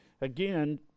again